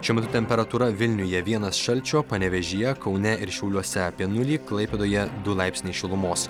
šiuo metu temperatūra vilniuje vienas šalčio panevėžyje kaune ir šiauliuose apie nulį klaipėdoje du laipsniai šilumos